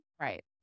Right